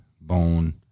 bone